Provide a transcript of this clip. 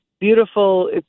beautiful